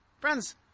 Friends